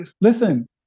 listen